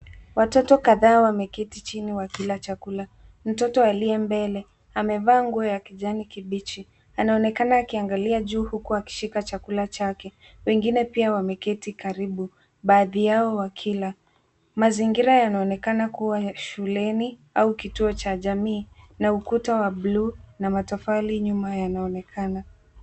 Watoto kadhaa wameketi chini wakila chakula. Mtoto aliye mbele amevaa nguo ya kijani kibichi, anaonekana akiangalia juu huku akishika chakula chake. Wengine pia wameketi karibu, baadhi yao wakila. Mazingira yanaonekana kuwa ya shuleni au kituo cha jamii na ukuta wa buluu na matofali nyuma yanaonekana.